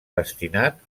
destinat